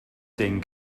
den